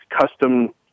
custom